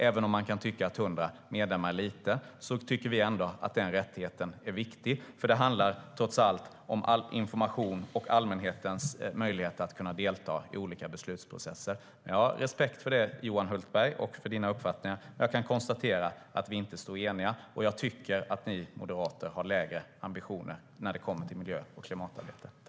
Även om man kan tycka att 100 medlemmar är lite tycker vi att den här rättigheten är viktig, för det handlar trots allt om information och om allmänhetens möjlighet att delta i olika beslutsprocesser.